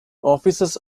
offices